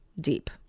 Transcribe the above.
deep